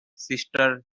sister